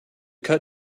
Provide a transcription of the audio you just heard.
cut